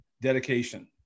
dedication